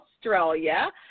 Australia